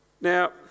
Now